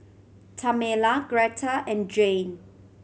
Tamela Gretta and Jayne